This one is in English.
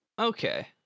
okay